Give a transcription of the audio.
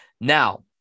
Now